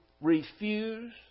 refuse